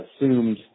assumed